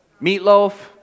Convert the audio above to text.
Meatloaf